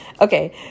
Okay